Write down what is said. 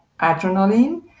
adrenaline